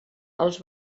els